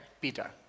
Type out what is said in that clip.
Peter